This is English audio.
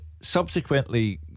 subsequently